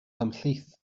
ymhlith